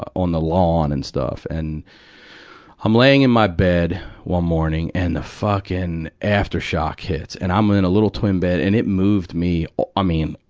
on the lawn and stuff. and i'm laying in my bed one morning, and the fucking aftershock hits. and i'm ah in a little twin bed, and it moved me i mean,